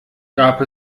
gab